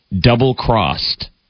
double-crossed